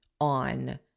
on